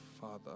Father